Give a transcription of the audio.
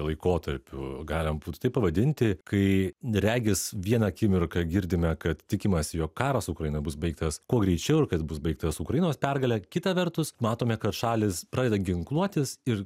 laikotarpiu galima būtų taip pavadinti kai regis vieną akimirką girdime kad tikimasi jog karas ukrainoje bus baigtas kuo greičiau ir kad bus baigtas ukrainos pergale kita vertus matome kad šalys pradeda ginkluotis ir